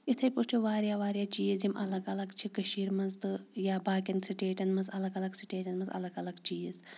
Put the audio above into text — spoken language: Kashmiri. اِتھَے پٲٹھۍ چھُ واریاہ واریاہ چیٖز یِم الگ الگ چھِ کٔشیٖرِ منٛز تہٕ یا باقٕیَن سٹیٹَن منٛز الگ الگ سٹیٹَن منٛز الگ الگ چیٖز